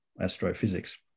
astrophysics